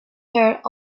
hearts